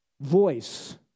Voice